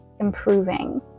improving